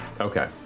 Okay